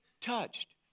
touched